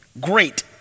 Great